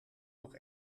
nog